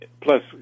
Plus